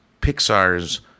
Pixar's